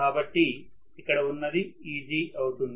కాబట్టి ఇక్కడ ఉన్నది Eg అవుతుంది